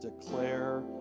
declare